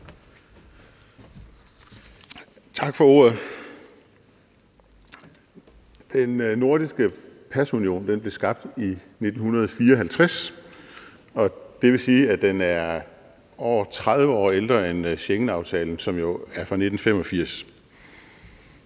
Tak for ordet. Den nordiske pasunion blev skabt i 1954, og det vil sige, at den er over 30 år ældre end Schengenaftalen, som jo er fra 1985.